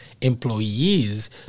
employees